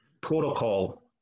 protocol